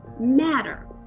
matter